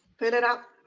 fill it up.